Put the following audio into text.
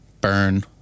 Burn